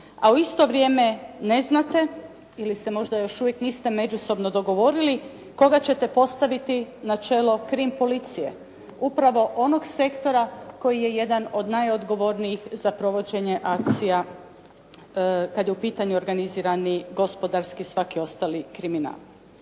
a u isto vrijeme ne znate ili se možda još uvijek niste međusobno dogovorili koga ćete postaviti na čelo krim policije, upravo onog sektora koji je jedan od najodgovornijih za provođenje akcija kad je u pitanju organizirani gospodarski i svaki ostali kriminal.